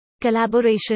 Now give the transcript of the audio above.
collaboration